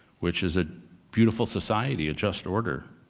which is a beautiful society, a just order.